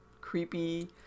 creepy